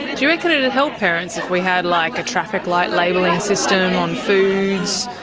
do you reckon it'd help parents if we had like a traffic light labelling system on foods,